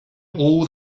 all